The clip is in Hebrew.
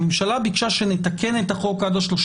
הממשלה ביקשה שנתקן את החוק עד ה-30